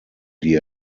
die